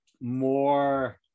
more